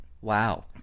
Wow